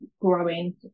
growing